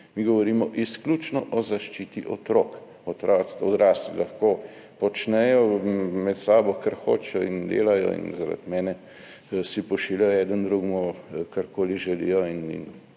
Mi govorimo izključno o zaščiti otrok. Odrasli lahko počnejo med sabo, kar hočejo, in delajo in si zaradi mene pošiljajo eden drugemu, karkoli želijo.